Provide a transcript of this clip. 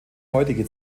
heutige